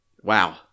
wow